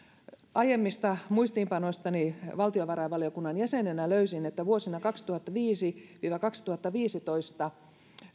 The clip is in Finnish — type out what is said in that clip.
aiemmista muistiinpanoistani valtiovarainvaliokunnan jäsenenä löysin että vuosina kaksituhattaviisi viiva kaksituhattaviisitoista